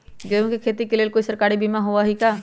गेंहू के खेती के लेल कोइ सरकारी बीमा होईअ का?